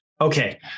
Okay